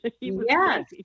Yes